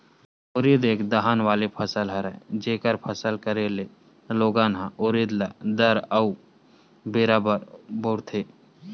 उरिद एक दलहन वाले फसल हरय, जेखर फसल करे ले लोगन ह उरिद ल दार अउ बेरा बर बउरथे